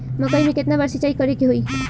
मकई में केतना बार सिंचाई करे के होई?